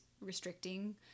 restricting